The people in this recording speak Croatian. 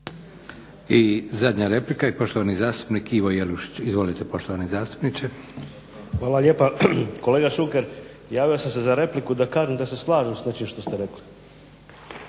I zadnja replika i poštovani zastupnik Ivo Jelušić. Izvolite. **Jelušić, Ivo (SDP)** Hvala lijepa. Kolega Šuker javio sam se za repliku da kaže da se slažem s nečim što ste rekli